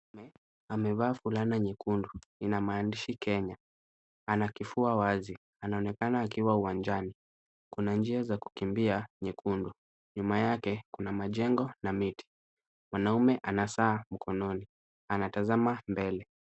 Mwanaume amevaa fulana nyekundu. Ina maandishi Kenya. Ina kifua wazi. Anaonekana akiwa uwanjani. Kuna njia za kukimbia nyekundu. Nyuma yake kuna majengo na miti. Mwanaume ana saa mkononi. Anatazama mbele.